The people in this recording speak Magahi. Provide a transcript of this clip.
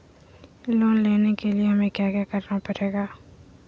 लोन लेने के लिए हमें क्या क्या करना पड़ेगा?